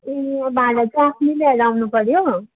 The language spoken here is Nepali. ए भाँडा चाहिँ आफ्नै ल्याएर आउनुपऱ्यो